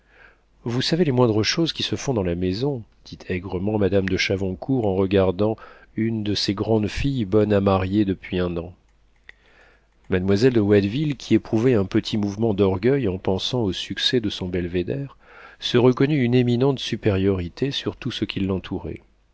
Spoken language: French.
vous savez les moindres choses qui se font dans la maison dit aigrement madame de chavoncourt en regardant une de ses grandes filles bonnes à marier depuis un an mademoiselle de watteville qui éprouvait un petit mouvement d'orgueil en pensant au succès de son belvéder se reconnut une éminente supériorité sur tout ce qui l'entourait